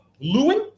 Lewin